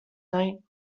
night